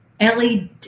LED